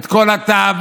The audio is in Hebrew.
את כל התאווה,